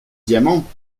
diamants